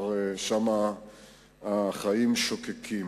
שם החיים כבר שוקקים.